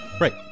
Right